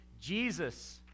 Jesus